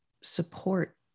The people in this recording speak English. support